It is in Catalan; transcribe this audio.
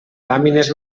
làmines